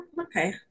okay